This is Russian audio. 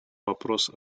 вопрос